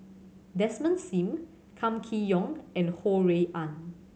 Desmond Sim Kam Kee Yong and Ho Rui An